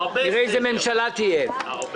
נראה איזה ממשלה תהיה.